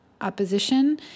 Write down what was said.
opposition